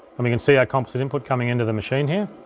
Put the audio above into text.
i mean can see our composite input coming into the machine here.